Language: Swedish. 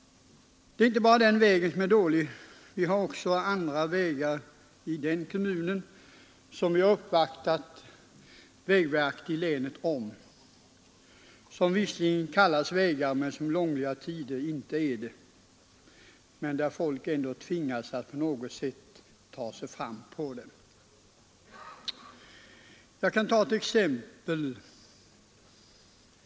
Det är inte bara den vägen som är dålig; vi har också andra vägar i den kommunen som vi har uppvaktat vägverket i länet om som visserligen kallas vägar men som under långliga tider inte är det. Folk tvingas ändå att på något sätt ta sig fram på dem. Jag kan ta ett exempel.